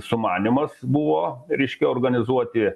sumanymas buvo reiškia organizuoti